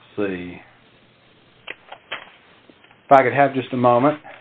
the if i could have just a moment